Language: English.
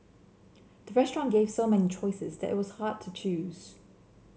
the restaurant gave so many choices that it was hard to choose